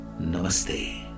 Namaste